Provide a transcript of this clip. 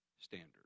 standard